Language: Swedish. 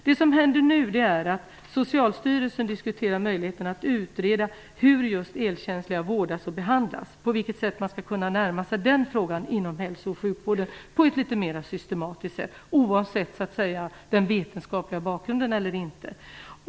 Det som händer nu är att Socialstyrelsen diskuterar möjligheten att utreda hur just elkänsliga vårdas och behandlas och på vilket sätt man skall kunna närma sig den frågan inom hälso och sjukvården på ett litet mer systematiskt sätt, oavsett om det finns en vetenskaplig bakgrund eller inte.